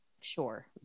Sure